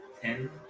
Ten